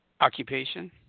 occupation